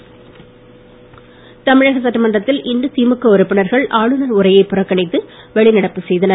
புறக்கணிப்பு தமிழக சட்டமன்றத்தில் இன்று திமுக உறுப்பினர்கள் ஆளுநர் உரையை புறக்கணித்து வெளிநடப்பு செய்தனர்